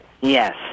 Yes